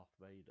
Vader